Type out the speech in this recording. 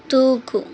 దూకు